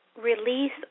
release